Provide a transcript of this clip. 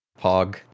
Pog